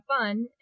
fun